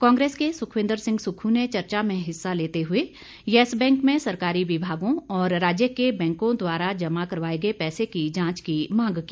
कांग्रेस के सुखविंद्र सिंह सुक्खू ने चर्चा में हिस्सा लेते हुए यस बैंक में सरकारी विभागों और राज्य के बैंकों द्वारा जमा करवाए गए पैसे की जांच की मांग की